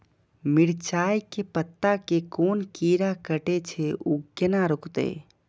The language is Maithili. मिरचाय के पत्ता के कोन कीरा कटे छे ऊ केना रुकते?